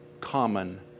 common